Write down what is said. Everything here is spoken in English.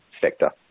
sector